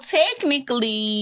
technically